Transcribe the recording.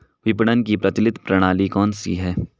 विपणन की प्रचलित प्रणाली कौनसी है?